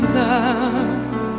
love